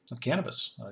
cannabis